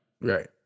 Right